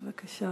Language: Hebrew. בבקשה.